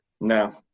No